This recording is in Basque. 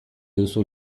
duzu